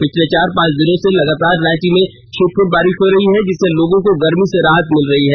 पिछले चार पांच दिनों से लगातार रांची में छिटपुट बारिश हो रही है जिससे लोगों को गर्मी से राहत मिल रही है